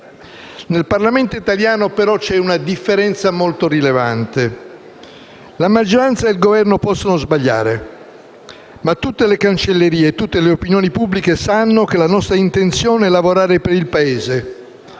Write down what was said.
Nel Parlamento italiano, però, c'è una differenza molto rilevante: la maggioranza e il Governo possono sbagliare, ma tutte le Cancellerie, tutte le opinioni pubbliche sanno che la nostra intenzione è lavorare per il Paese,